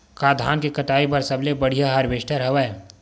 का धान के कटाई बर सबले बढ़िया हारवेस्टर हवय?